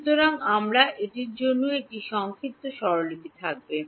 সুতরাং আমরা এটির জন্যও একটি সংক্ষিপ্ত স্বরলিপি থাকবে